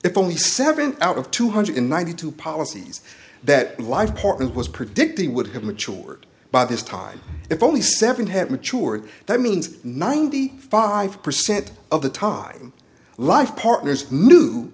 if only seven out of two hundred ninety two policies that life partners was predicting would have matured by this time if only seven had mature that means ninety five percent of the time life partners knew